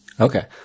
Okay